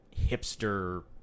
hipster